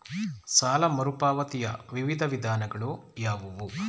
ಸಾಲ ಮರುಪಾವತಿಯ ವಿವಿಧ ವಿಧಾನಗಳು ಯಾವುವು?